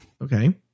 Okay